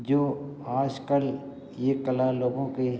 जो आज कल यह कला लोगों के